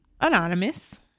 anonymous